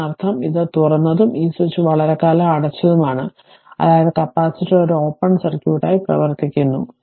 അതിനർത്ഥം ഇത് തുറന്നതും ഈ സ്വിച്ച് വളരെക്കാലം അടച്ചതുമാണ് അതായത് കപ്പാസിറ്റർ ഒരു ഓപ്പൺ സർക്യൂട്ടായി പ്രവർത്തിക്കുന്നു